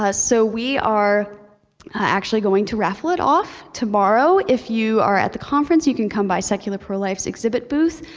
ah so we are actually going to raffle it off tomorrow. if you are at the conference, you can come by secular pro-life's exhibit booth,